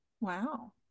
Wow